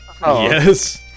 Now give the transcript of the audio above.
Yes